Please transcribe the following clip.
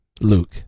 Luke